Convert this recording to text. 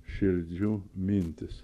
širdžių mintys